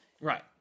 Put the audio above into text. Right